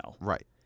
Right